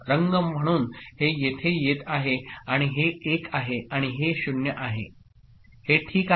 रंग म्हणून हे येथे येत आहे आणि हे 1 आहे आणि हे 0 आहे हे ठीक आहे